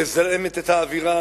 מזהמת את האווירה,